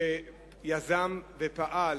שיזם ופעל